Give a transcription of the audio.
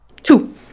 Two